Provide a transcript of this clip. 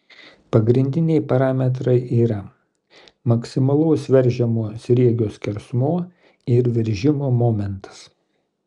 pagrindiniai parametrai yra maksimalaus veržiamo sriegio skersmuo ir veržimo momentas